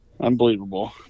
Unbelievable